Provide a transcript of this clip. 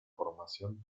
formación